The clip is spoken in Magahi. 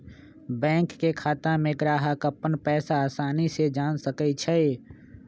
बैंक के खाता में ग्राहक अप्पन पैसा असानी से जान सकई छई